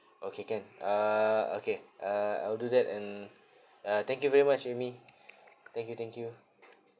okay can uh okay uh I'll do that and uh thank you very much amy thank you thank you